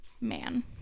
man